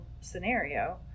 scenario